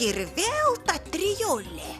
ir vėl ta trijulė